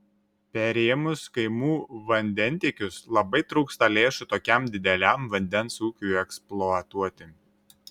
perėmus kaimų vandentiekius labai trūksta lėšų tokiam dideliam vandens ūkiui eksploatuoti